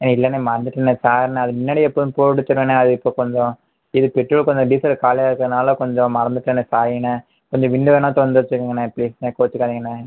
ஏ இல்லைண்ணே மறந்துட்டேண்ணே சாரிண்ணே அது முன்னாடி எப்போவும் போட்டு வச்சிருவேண்ணே அது இப்போ கொஞ்சோம் இது பெட்ரோல் கொஞ்சோம் டீசல் காலையில் எடுக்கிறதுனால கொஞ்சோம் மறந்துவிட்டேண்ணே சாரிண்ணே கொஞ்சோம் விண்டோ வேணால் திறந்து வச்சுக்கோங்கண்ணே ப்ளீஸ்ண்ணே கோபிச்சிக்காதிங்கண்ணே